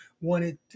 wanted